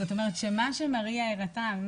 זאת אומרת שמה שמריה הראתה,